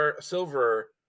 Silver